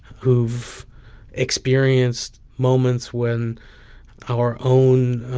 who've experienced moments when our own,